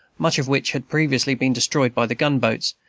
much of which had previously been destroyed by the gunboats,